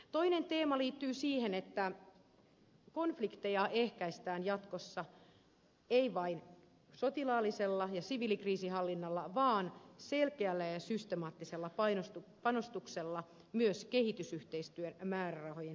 toinen teema liittyy siihen että konflikteja ehkäistään jatkossa ei vain sotilaallisella ja siviilikriisinhallinnalla vaan selkeällä ja systemaattisella panostuksella myös kehitysyhteistyön määrärahojen lisäämiseen